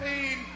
pain